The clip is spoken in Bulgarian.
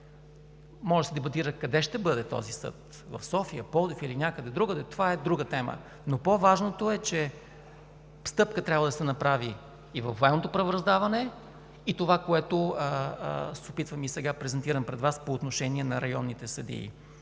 Може да се дебатира къде ще бъде този съд – в София, Пловдив или някъде другаде, но това е друга тема. По-важното е, че трябва да се направи стъпка и във военното правораздаване, и това, което се опитвам, и сега презентирам пред Вас, е по отношение на районните съдии.